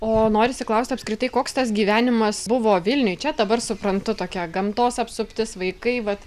o norisi klausti apskritai koks tas gyvenimas buvo vilniuje čia dabar suprantu tokia gamtos apsuptis vaikai vat